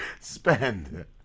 Spend